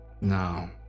No